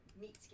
meat